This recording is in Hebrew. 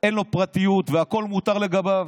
שאין לו פרטיות והכול מותר לגביו.